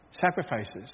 sacrifices